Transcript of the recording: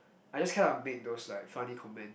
I just kind of make those like funny comment